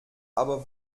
aber